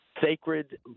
sacred